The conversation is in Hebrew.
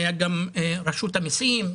היו גם רשות המיסים,